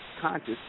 conscious